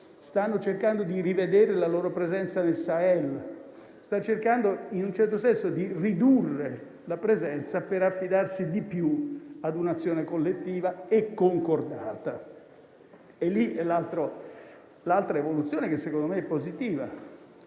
stanno cercando di rivedere la loro presenza nel Sahel e, in un certo senso, di ridurre la presenza per affidarsi di più ad un'azione collettiva e concordata. E qui c'è l'altra evoluzione che, secondo me, è positiva: